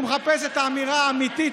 הוא מחפש את האמירה האמיתית,